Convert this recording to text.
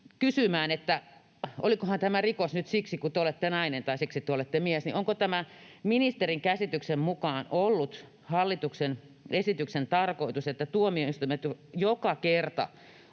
kysytään, että olikohan tämä rikos nyt siksi, kun te olette nainen tai siksi kun te olette mies. Onko ministerin käsityksen mukaan ollut hallituksen esityksen tarkoitus tämä, että tuomioistuimet joka kerta